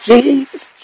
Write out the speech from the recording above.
Jesus